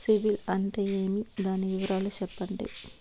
సిబిల్ అంటే ఏమి? దాని వివరాలు సెప్పండి?